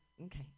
okay